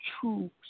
true